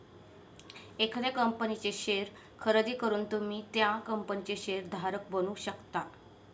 एखाद्या कंपनीचे शेअर खरेदी करून तुम्ही त्या कंपनीचे शेअर धारक बनू शकता